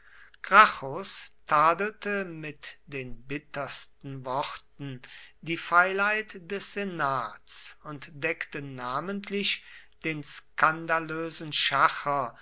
tadelte mit den bittersten worten die feilheit des senats und deckte namentlich den skandalösen schacher